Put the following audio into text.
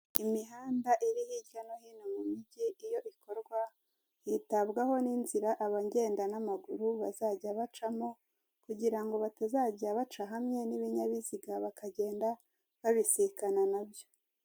Imihanda iri hirya no hino mu mugi iyo ikorwa, hitabwaho n'inzira abagenda n'amaguru bazajya bacamo, kugira ngo batazajya baca hamwe n'ibinyabiziga, bakagenda babisikana nabyo.